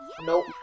nope